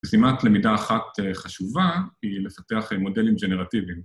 ‫משימת למידה אחת חשובה ‫היא לפתח מודלים ג'נרטיביים.